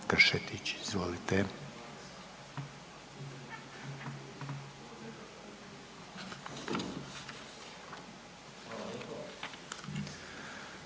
reći, izvolite.